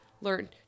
Learn